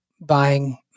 buying